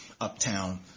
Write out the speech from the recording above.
Uptown